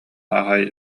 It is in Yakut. аҕай